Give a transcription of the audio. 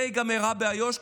זה ייגמר רע באיו"ש,